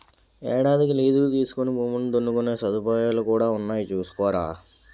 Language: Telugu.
ఏడాదికి లీజుకి తీసుకుని భూమిని దున్నుకునే సదుపాయాలు కూడా ఉన్నాయి చూసుకోరా